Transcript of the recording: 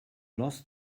lost